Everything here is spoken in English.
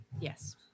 Yes